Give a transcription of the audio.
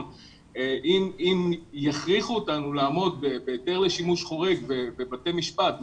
אם יכריחו אותנו לעמוד בהיתר לשימוש חורג בבתי משפט,